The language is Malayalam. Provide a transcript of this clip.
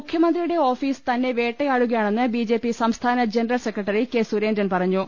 മുഖ്യമന്ത്രിയുടെ ഓഫീസ് തന്നെ വേട്ടയാടുകയാണെന്ന് ബി ജെ പി സംസ്ഥാന ജനറൽ സെക്രട്ടറി കെ സുരേന്ദ്രൻ പറഞ്ഞു